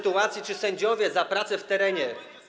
tego, czy sędziowie za pracę w terenie.